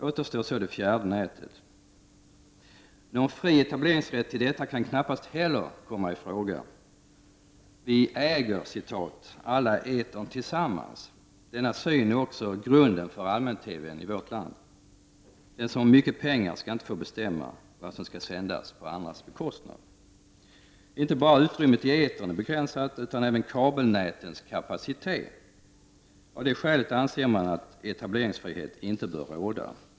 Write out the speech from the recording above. Återstår så det fjärde nätet. Någon fri etableringsrätt till detta kan knappast komma i fråga. Vi ”äger” alla etern tillsammans. Denna syn är också grunden för allmän-TV i vårt land. Den som har mycket pengar skall inte få bestämma vad som skall sändas på andras bekostnad. Inte bara utrymmet i etern är begränsat utan även kabelnätens kapacitet. Av det skälet anser man att etableringsfrihet inte bör råda.